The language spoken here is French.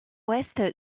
ouest